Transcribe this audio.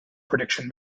prediction